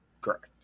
correct